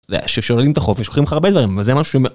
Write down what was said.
..ששוללים את החופש לוקחים לך הרבה דברים וזה משהו מ...